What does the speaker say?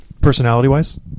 personality-wise